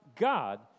God